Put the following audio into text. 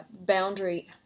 boundary